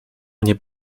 nie